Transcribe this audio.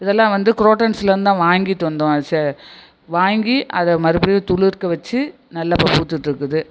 இதெல்லாம் வந்து குரோட்டன்ஸ்லேந்து தான் வாங்கிட்டு வந்தோம் செ வாங்கி அதை மறுபடியும் துளிர்க்க வச்சு நல்ல இப்போ பூத்துட்டுருக்குது